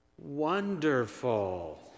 Wonderful